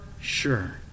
sure